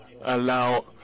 allow